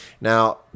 Now